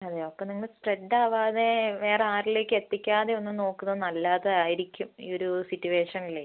അതെയോ അപ്പം നിങ്ങള് സ്പ്രെഡ് ആവാതെ വേറെ ആരിലേക്കും എത്തിക്കാതെ ഒന്ന് നോക്കുന്നത് നല്ലതായിരിക്കും ഈ ഒരു സിറ്റുവേഷനിൽ